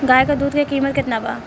गाय के दूध के कीमत केतना बा?